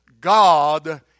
God